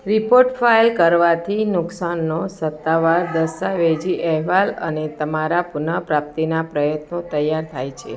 report file કરવાથી નુકસાનનો સત્તાવાર દસ્તાવેજી અહેવાલ અને તમારા પુનઃપ્રાપ્તિના પ્રયત્નો તૈયાર થાય છે